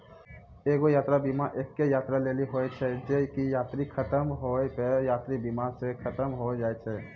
एगो यात्रा बीमा एक्के यात्रा लेली होय छै जे की यात्रा खतम होय पे यात्रा बीमा सेहो खतम होय जाय छै